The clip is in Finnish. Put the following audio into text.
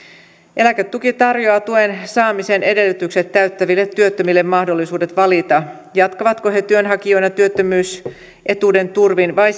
eläketuki tarjoaa tuen saamisen edellytykset täyttäville työttömille mahdollisuuden valita jatkavatko he työnhakijoina työttömyysetuuden turvin vai